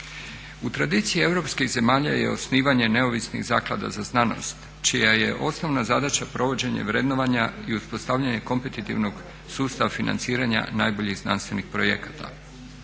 U tradiciji europskih zemalja je osnivanje neovisnih zaklada za znanost čija je osnovna zadaća provođenje vrednovanja i uspostavljanje kometitivnog sustava financiranja najboljih znanstvenih projekata.